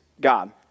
God